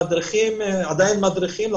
המדריכים עדיין מדריכים,